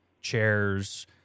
Chairs